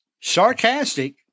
sarcastic